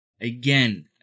Again